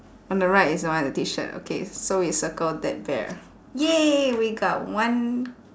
on the right is the one with the T shirt okay so we circle that bear !yay! we got one